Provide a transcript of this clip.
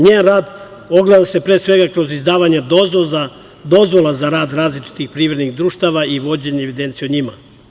Njen rad ogleda se pre svega kroz izdavanje dozvola za rad različitih privrednih društava i vođenje evidencije o njima.